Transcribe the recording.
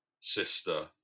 sister